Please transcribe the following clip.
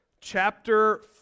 chapter